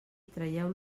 traieu